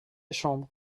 chambre